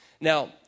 Now